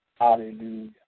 hallelujah